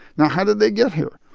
now, how did they get here?